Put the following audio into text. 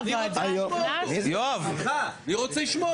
אני רוצה לשמוע אותו